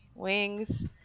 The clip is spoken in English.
Wings